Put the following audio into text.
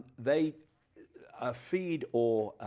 they feed or